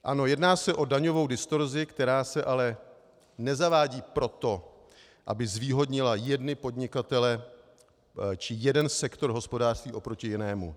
Ano, jedná se o daňovou distorzi, která se ale nezavádí proto, aby zvýhodnila jedny podnikatele či jeden sektor hospodářství oproti jinému.